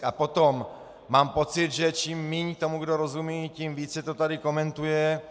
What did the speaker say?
A potom, mám pocit, že čím méně tomu kdo rozumí, tím více to tady komentuje.